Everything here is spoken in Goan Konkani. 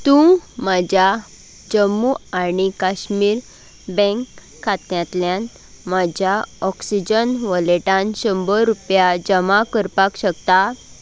तूं म्हज्या जम्मू आनी काश्मीर बँक खात्यांतल्यान म्हज्या ऑक्सिजन वॉलेटांत शंबर रुपया जमा करपाक शकता